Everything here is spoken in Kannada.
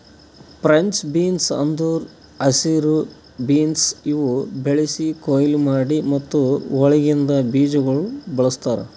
ಫ್ರೆಂಚ್ ಬೀನ್ಸ್ ಅಂದುರ್ ಹಸಿರು ಬೀನ್ಸ್ ಇವು ಬೆಳಿಸಿ, ಕೊಯ್ಲಿ ಮಾಡಿ ಮತ್ತ ಒಳಗಿಂದ್ ಬೀಜಗೊಳ್ ಬಳ್ಸತಾರ್